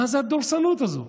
מה זה הדורסנות הזו?